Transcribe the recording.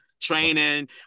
Training